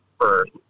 first